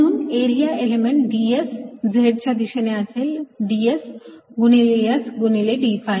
म्हणून area element ds Z च्या दिशेने असेल ds गुणिले s गुणिले d phi